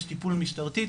יש טיפול משטרתי,